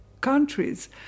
countries